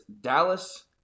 Dallas –